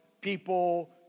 people